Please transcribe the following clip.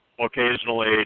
occasionally